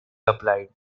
applied